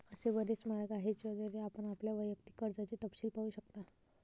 असे बरेच मार्ग आहेत ज्याद्वारे आपण आपल्या वैयक्तिक कर्जाचे तपशील पाहू शकता